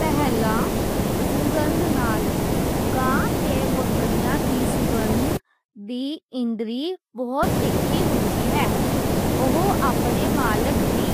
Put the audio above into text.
پہلا، سُگندھ نال۔ گاں تے بکریاں دی سُگندھ دی اِندری بہت تِکھی ہُندی ہے۔ اوہ اپنی مالک دی